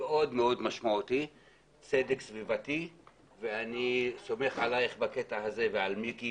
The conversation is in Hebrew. הוא מאוד מאוד משמעותי ואני סומך עליך בקטע הזה ועל מיקי,